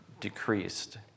decreased